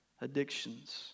Addictions